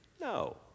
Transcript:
no